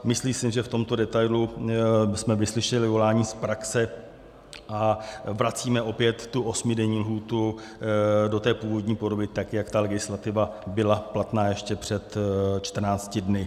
Myslím si, že v tomto detailu jsme vyslyšeli volání z praxe a vracíme opět tu osmidenní lhůtu do původní podoby tak, jak ta legislativa byla platná ještě před 14 dny.